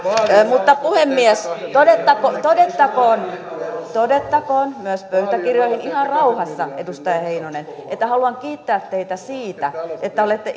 puhemies todettakoon todettakoon myös pöytäkirjoihin ihan rauhassa edustaja heinonen että haluan kiittää teitä siitä että olette